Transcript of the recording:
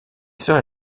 sœurs